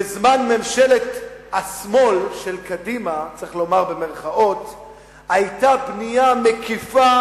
בזמן "ממשלת השמאל" של קדימה היתה בנייה מקיפה